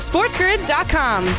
SportsGrid.com